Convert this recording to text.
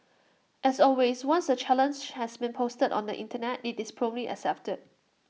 as always once A challenge has been proposed on the Internet IT is promptly accepted